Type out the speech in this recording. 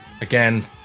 again